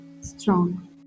strong